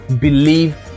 Believe